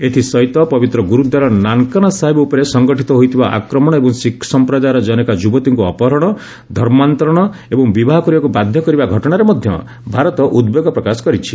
ଏଥିସହିତ ପବିତ୍ର ଗୁରୁଦ୍ୱାର ନାନକାନା ସାହେବ ଉପରେ ସଂଘଟିତ ହୋଇଥିବା ଆକ୍ରମଣ ଏବଂ ଶିଖ ସଂପ୍ରଦାୟର ଜନୈକା ଯୁବତୀଙ୍କୁ ଅପହରଣ ଧର୍ମାନ୍ତରଣ ଏବଂ ବିବାହ କରିବାକୁ ବାଧ୍ୟ କରିବା ଘଟଣାରେ ମଧ୍ୟ ଭାରତ ଉଦ୍ବେଗ ପ୍ରକାଶ କରିଛି